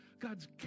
God's